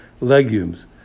legumes